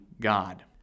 God